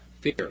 fear